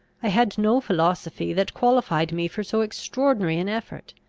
i had no philosophy that qualified me for so extraordinary an effort.